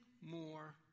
more